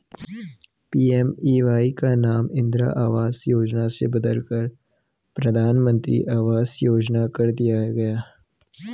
PMAY का नाम इंदिरा आवास योजना से बदलकर प्रधानमंत्री आवास योजना कर दिया गया